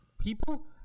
people